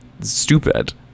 stupid